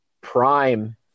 prime